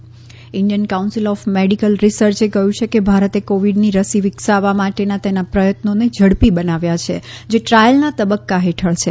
ICMR Indian Council of Medical Research એ કહ્યું છે કે ભારતે કોવિડની રસી વિકસાવવા માટેના તેના પ્રયત્નોને ઝડપી બનાવ્યા છે જે દ્રાયલના તબક્કા હેઠળ છે